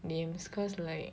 names cause like